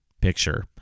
picture